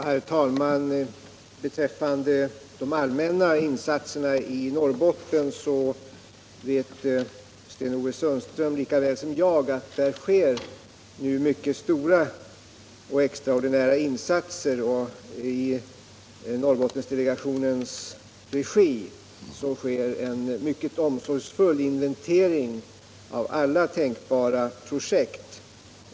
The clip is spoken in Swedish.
Herr talman! I fråga om de allmänna insatserna i Norrbotten vet Sten Ove Sundström mycket väl att det nu sker mycket stora och extraordinära insatser. I Norrbottensdelegationens regi görs en mycket omsorgsfull inventering av alla tänkbara projekt.